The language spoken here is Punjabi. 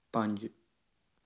ਪੰਜ